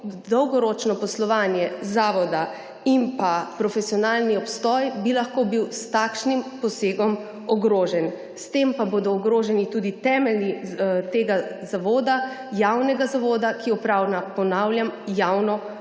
dolgoročno poslovanje, zavoda, in pa profesionalni obstoj bi lahko bil s takšnim posegom ogrožen. S tem pa bodo ogroženi tudi temelji tega zavoda, javnega zavoda, ki opravlja, ponavljam, javno funkcijo.